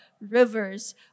rivers